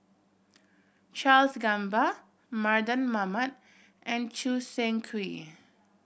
Charles Gamba Mardan Mamat and Choo Seng Quee